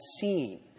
seen